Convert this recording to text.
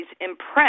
impressed